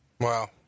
Wow